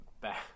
back